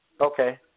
Okay